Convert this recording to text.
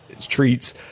treats